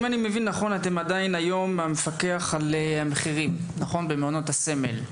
אם אני מבין נכון אתם עדיין היום המפקח על המחירים במעונות הסמל?